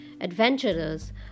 adventurers